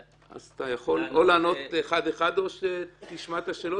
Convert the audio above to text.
אתה יכול לענות אחד אחד או שתשמע את השאלות